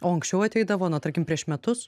o anksčiau ateidavo na tarkim prieš metus